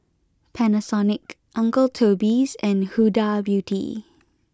Panasonic Uncle Toby's and Huda Beauty